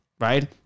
right